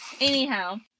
Anyhow